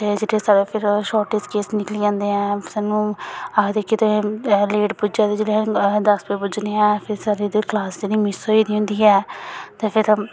ते जेल्लै साढ़े फिर शॉर्टेज केस निकली जंदे ऐ सानूं आखदे कि तुस लेट पुज्जा दे जेल्लै अस दस बजे पुज्जने आं फिर साढ़ी इद्धर क्लॉस जेह्ड़ी मिस होई दी होंदी ऐ ते फिर